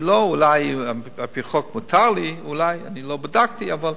על-פי חוק מותר לי אולי, אני לא בדקתי, אבל